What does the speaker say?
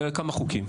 היו כמה חוקים.